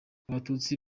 abatutsi